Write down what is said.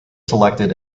selected